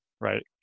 right